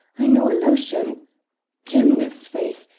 i know a lotion dimness! faith!